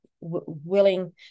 willing